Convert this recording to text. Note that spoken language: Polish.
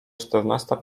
czternasta